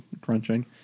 crunching